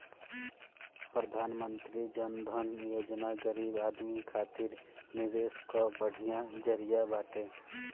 प्रधानमंत्री जन धन योजना गरीब आदमी खातिर निवेश कअ बढ़िया जरिया बाटे